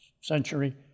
century